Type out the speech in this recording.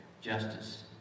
justice